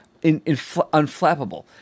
Unflappable